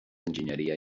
enginyeria